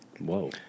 Whoa